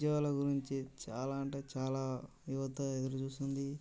ఉద్యోగాల గురించి చాలా అంటే చాలా యువత ఎదురుచూస్తోంది